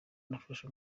nafashe